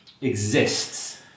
exists